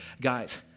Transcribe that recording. guys